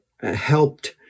helped